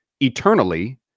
eternally